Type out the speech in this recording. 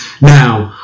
Now